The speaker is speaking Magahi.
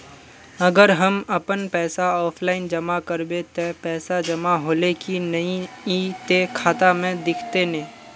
अगर हम अपन पैसा ऑफलाइन जमा करबे ते पैसा जमा होले की नय इ ते खाता में दिखते ने?